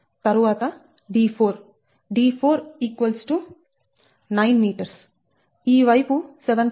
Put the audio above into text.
తరువాత d4d4 9m ఈ వైపు 7